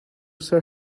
sell